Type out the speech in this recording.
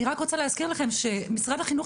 אני רק רוצה להזכיר לכם שמשרד החינוך